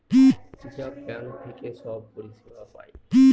reserve bank থেকে সব পরিষেবা পায়